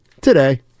today